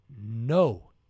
no